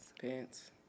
Pants